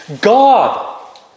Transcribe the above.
God